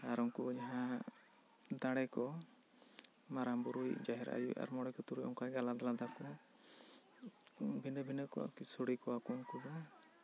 ᱟᱨ ᱩᱱᱠᱩ ᱡᱟᱦᱟᱸ ᱫᱟᱲᱮ ᱠᱚ ᱢᱟᱨᱟᱝ ᱵᱳᱨᱳ ᱡᱟᱦᱮᱨ ᱟᱭᱳ ᱟᱨ ᱢᱚᱬᱮ ᱠᱚ ᱛᱩᱨᱩᱭ ᱠᱚ ᱚᱱᱠᱟ ᱜᱮ ᱟᱞᱟᱫᱟ ᱟᱞᱟᱫᱟ ᱠᱚ ᱵᱷᱤᱱᱟᱹ ᱵᱷᱤᱱᱟᱹ ᱟᱨᱠᱤ ᱥᱚᱲᱮ ᱠᱚᱣᱟ ᱠᱚ ᱩᱱᱠᱩ ᱫᱚ